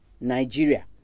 Nigeria